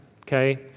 okay